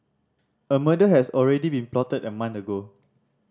a murder has already been plotted a month ago